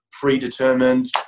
predetermined